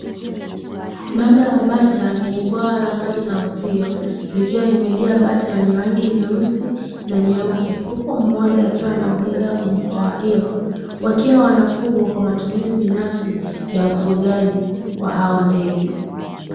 Banda la bata lenye bwawa la maji na uzio, likiwa limejaa bata wenye rangi nyeusi na nyeupe, huku mmoja akiwa anaogelea kwenye bwawa hilo, wakiwa wanafugwa kwa matumizi binafsi ya mfugaji wa hao ndege.